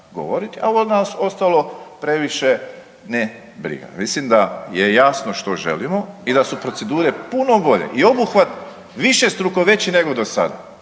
a ovo nas ostalo previše ne briga. Mislim da je jasno što želimo i da su procedure puno bolje i obuhvat višestruko veći nego do sada.